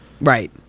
Right